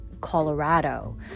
Colorado